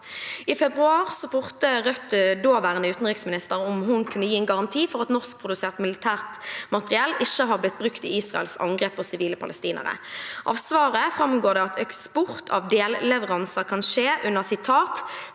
I februar spurte Rødt daværende utenriksminister om hun kunne gi en garanti for at norskprodusert militært materiell ikke har blitt brukt i Israels angrep på sivile palestinere. Av svaret framgår det at eksport av delleveranser kan skje under «forutsetning